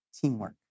teamwork